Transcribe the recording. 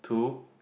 two